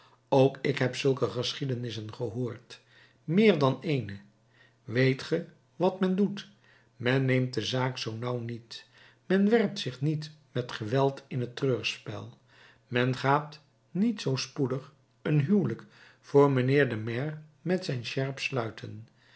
ook ik heb zulke geschiedenissen gehoord meer dan eene weet ge wat men doet men neemt de zaak zoo nauw niet men werpt zich niet met geweld in het treurspel men gaat niet zoo spoedig een huwelijk voor mijnheer den maire met zijn sjerp sluiten